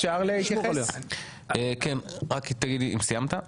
כן סיימת?